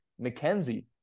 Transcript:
McKenzie